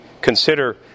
consider